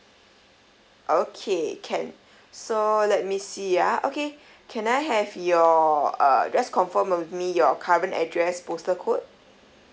okay can so let me see ah okay can I have your uh just confirm with me your current address postal code